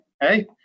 hey